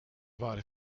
waren